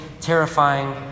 terrifying